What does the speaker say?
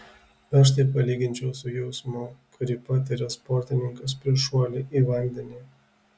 aš tai palyginčiau su jausmu kurį patiria sportininkas prieš šuolį į vandenį